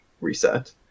reset